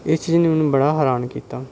ਇਸ ਚੀਜ਼ ਨੇ ਮੈਨੂੰ ਬੜਾ ਹੈਰਾਨ ਕੀਤਾ